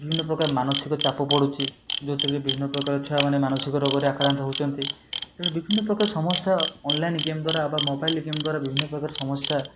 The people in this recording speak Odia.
ବିଭିନ୍ନ ପ୍ରକାର ମାନସିକ ଚାପ ପଡୁଛି ଯେଉଁଥିରେ କି ବିଭିନ୍ନ ପ୍ରକାର ଛୁଆମାନେ ମାନସିକ ରୋଗରେ ଆକ୍ରାନ୍ତ ହେଉଛନ୍ତି ତେଣୁ ବିଭିନ୍ନ ପ୍ରକାର ସମସ୍ୟା ଅନଲାଇନ୍ ଗେମ୍ ଦ୍ଵାରା ବା ମୋବାଇଲ୍ ଗେମ୍ ଦ୍ଵାରା ବିଭିନ୍ନ ପ୍ରକାର ସମସ୍ୟା